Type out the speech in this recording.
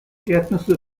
erdnüsse